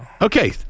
Okay